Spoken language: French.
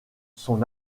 son